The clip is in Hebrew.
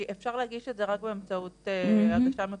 כי אפשר להגיש את זה רק באמצעות הגשה מקוונת.